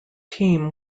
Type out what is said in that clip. team